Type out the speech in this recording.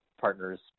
partners